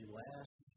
last